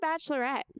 Bachelorette